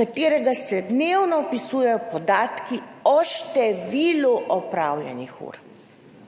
katero se dnevno vpisujejo podatki o številu opravljenih ur.